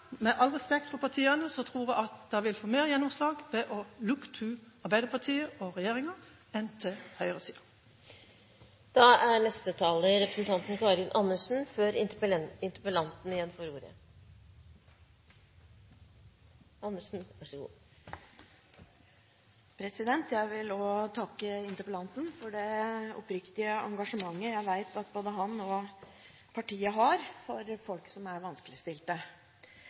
med kjøttvekten og med all respekt for partiet – vil Kristelig Folkeparti få mer gjennomslag ved å «look to» Arbeiderpartiet og regjeringen enn til høyresiden. Jeg vil også takke interpellanten for det oppriktige engasjementet jeg vet at både han og partiet hans har for folk som er